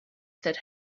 that